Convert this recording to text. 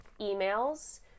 emails